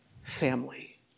family